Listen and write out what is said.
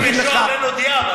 בשוהם אין עוד ים.